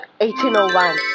1801